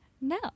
No